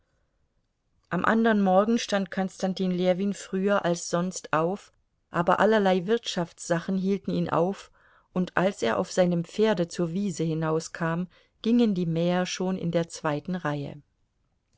am andern morgen stand konstantin ljewin früher als sonst auf aber allerlei wirtschaftssachen hielten ihn auf und als er auf seinem pferde zur wiese hinauskam gingen die mäher schon in der zweiten reihe